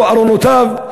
או בארונותיו,